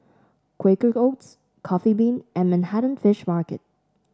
Quaker Oats Coffee Bean and Manhattan Fish Market